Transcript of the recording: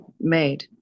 made